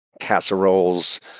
casseroles